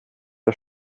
der